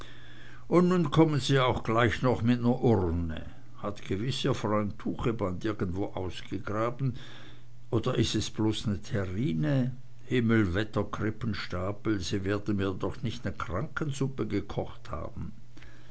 und nun kommen sie auch gleich noch mit ner urne hat gewiß ihr freund tucheband irgendwo ausgegraben oder is es bloß ne terrine himmelwetter krippenstapel sie werden mir doch nich ne krankensuppe gekocht haben